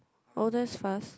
oh that's fast